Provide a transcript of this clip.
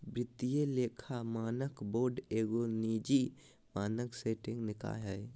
वित्तीय लेखा मानक बोर्ड एगो निजी मानक सेटिंग निकाय हइ